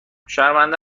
شرمنده